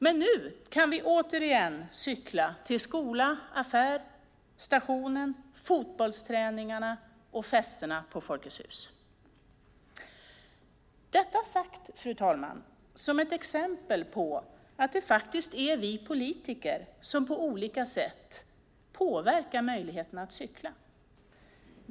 Nu kan vi dock återigen cykla till skola, affär, stationen, fotbollsträningarna och festerna på Folkets Hus. Detta säger jag, fru talman, som ett exempel på att det faktiskt är vi politiker som på olika sätt påverkar möjligheten att cykla.